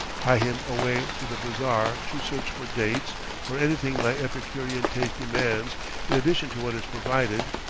hie him away to the bazaar to search for dates or anything my epicurean taste demands in addition to what is provided,